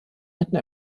mitten